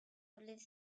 hable